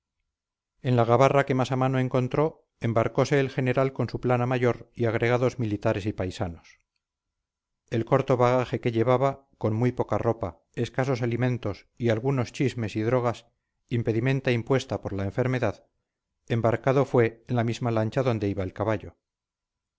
en la gabarra que más a mano encontró embarcose el general con su plana mayor y agregados militares y paisanos el corto bagaje que llevaba con muy poca ropa escasos alimentos y algunos chismes y drogas impedimenta impuesta por la enfermedad embarcado fue en la misma lancha donde iba el caballo